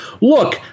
look